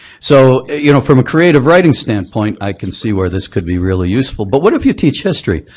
so you know from a creative writing standpoint i can see where this could be really useful, but what if you teach history?